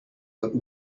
but